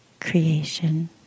creation